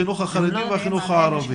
החינוך החרדי והחינוך הערבי.